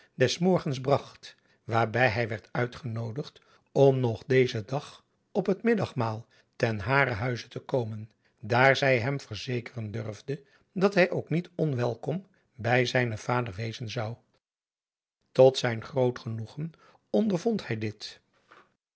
des morgens bragt waarbij hij werd uitgenoodigd om nog dezen dag op het middagmaal ten haren huize te komen daar zij hem verzekeren durfde dat hij ook niet onwelkom bij zijnen vader wezen zou tot zijn groot genoegen ondervond hij dit